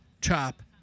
chop